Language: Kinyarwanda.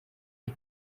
gen